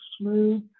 smooth